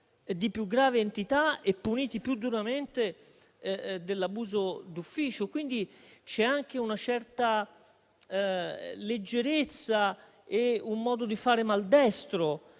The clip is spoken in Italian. di più grave entità e puniti più duramente dell'abuso d'ufficio. Quindi, ci sono anche una certa leggerezza e un modo di fare maldestro